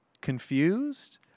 confused